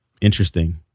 interesting